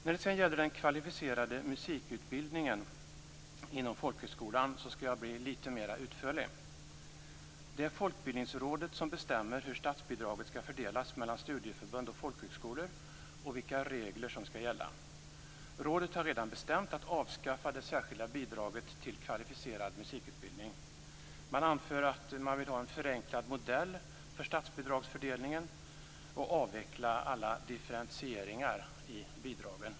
När det sedan gäller den kvalificerade musikutbildningen inom folkhögskolan skall jag bli lite mer utförlig. Det är Folkbildningsrådet som bestämmer hur statsbidraget skall fördelas mellan studieförbund och folkhögskolor och vilka regler som skall gälla. Rådet har redan bestämt att avskaffa det särskilda bidraget till kvalificerad musikutbildning. Man anför att man vill ha en förenklad modell för statsbidragsfördelningen och avveckla alla differentieringar i bidragen.